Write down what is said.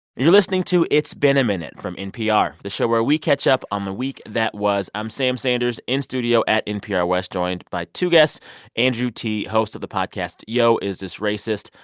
you're listening to it's been a minute from npr, the show where we catch up on the week that was. i'm sam sanders in studio at npr west joined by two guests andrew ti, host of the podcast yo, is this racist,